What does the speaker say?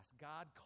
God